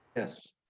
yes.